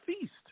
feast